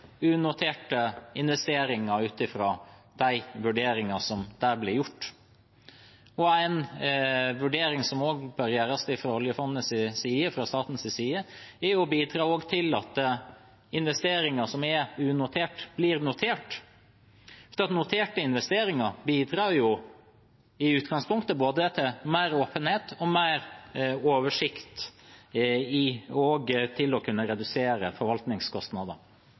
unoterte investeringer, ut fra de vurderingene som der ble gjort. En vurdering som også bør gjøres fra oljefondets side, fra statens side, er om man skal bidra til at investeringer som er unotert, blir notert. Noterte investeringer bidrar jo i utgangspunktet både til mer åpenhet og mer oversikt til å kunne redusere